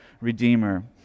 Redeemer